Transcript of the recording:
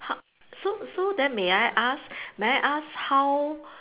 h~ so so then may I ask may I ask how